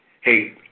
Hey